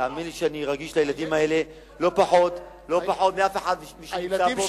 תאמין לי שאני רגיש לילדים האלה לא פחות מאף אחד שנמצא פה,